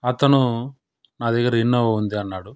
అతను నా దగ్గర ఇన్నోవా ఉంది అన్నాడు